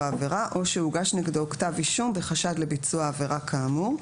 העבירה או שהוגש נגדו כתב אישום בחשד לביצוע עבירה כאמור.